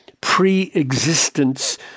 pre-existence